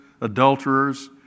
adulterers